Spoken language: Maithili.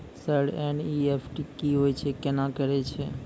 सर एन.ई.एफ.टी की होय छै, केना करे छै?